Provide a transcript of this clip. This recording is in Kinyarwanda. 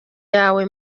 yawe